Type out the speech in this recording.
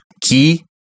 key